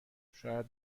شاید